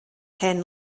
hen